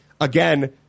again